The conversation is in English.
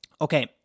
Okay